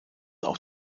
auch